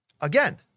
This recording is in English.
Again